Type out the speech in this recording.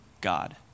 God